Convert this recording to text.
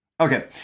Okay